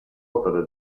opera